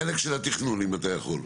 בחלק של התכנון אם אתה יכול.